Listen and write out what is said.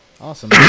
Awesome